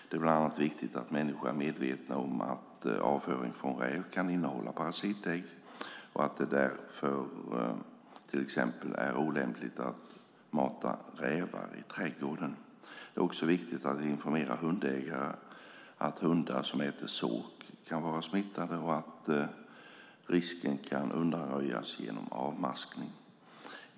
Det är bland annat viktigt att människor är medvetna om att avföring från räv kan innehålla parasitägg och att det därför till exempel är olämpligt att mata rävar i trädgården. Det är också viktigt att informera hundägare att hundar som äter sork kan vara smittade och att risken kan undanröjas genom avmaskning.